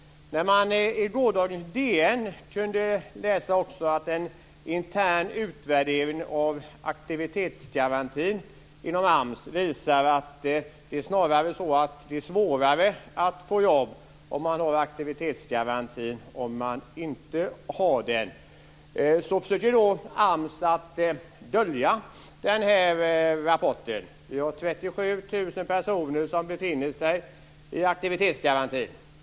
I gårdagens DN kunde man också läsa att en intern utvärdering av aktivitetsgarantin inom AMS visar att det snarare är svårare att få jobb om man har aktivitetsgarantin än om man inte har den. AMS försökte då att dölja den här rapporten. Vi har 37 000 personer som befinner sig i aktivitetsgarantin.